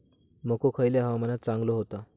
मको खयल्या हवामानात चांगलो होता?